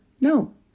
No